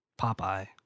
Popeye